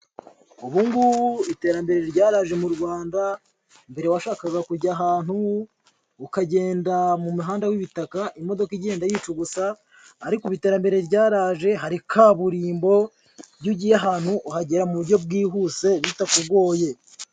Ubu ngubu iterambere ryaraje mu Rwanda, mbere washakaga kujya ahantu ukagenda mu muhanda w'ibitaka imodoka igenda yicugusa, ariko iterambere ryaraje hari kaburimbo, iyo ugiye ahantu, uhagera mu buryo bwihuse bitakugoye.